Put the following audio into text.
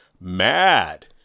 Mad